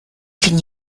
can